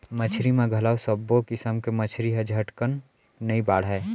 मछरी म घलौ सब्बो किसम के मछरी ह झटकन नइ बाढ़य